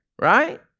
right